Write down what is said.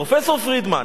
פרופסור פרידמן,